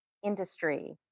industry